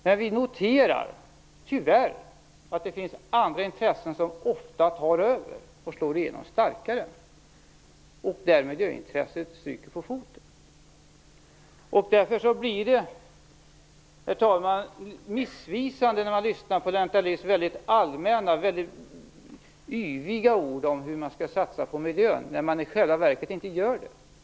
Men vi noterar tyvärr att det finns andra intressen som ofta tar över och som slår igenom starkare, vilket gör att miljöintresset får stryka på foten. Därför blir det, herr talman, missvisande när man lyssnar på Lennart Daléus väldigt allmänna och yviga ord om hur man skall satsa på miljön, när man i själva verket inte gör det.